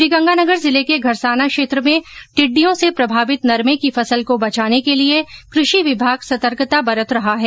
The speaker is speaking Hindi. श्रीगंगानगर जिले के घड़साना क्षेत्र में टिड़डियों से प्रभावित नरमे की फसल को बचाने के लिये कृषि विभाग सतर्कता बरत रहा है